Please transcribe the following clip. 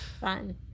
Fun